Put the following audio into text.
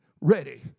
ready